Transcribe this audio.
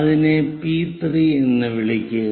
അതിനെ പി 3 എന്ന് വിളിക്കുക